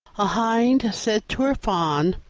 a hind said to her fawn,